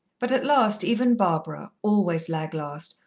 but at last even barbara, always lag-last,